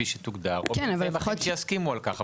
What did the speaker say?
כפי שתוגדר יכול להיות שיסכימו על כך,